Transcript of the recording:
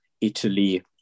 Italy